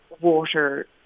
water